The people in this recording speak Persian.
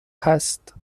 هست